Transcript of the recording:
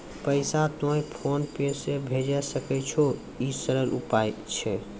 पैसा तोय PhonePe से भैजै सकै छौ? ई सरल उपाय छै?